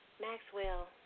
Maxwell